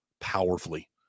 powerfully